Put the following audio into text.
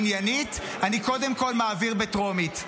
עניינית, אני קודם כול מעביר בטרומית.